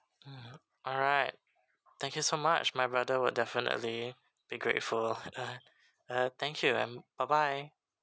mm alright thank you so much my brother would definitely be grateful uh thank you and bye bye